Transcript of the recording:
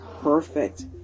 perfect